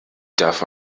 darf